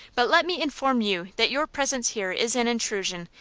but let me inform you that your presence here is an intrusion,